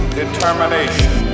determination